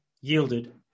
yielded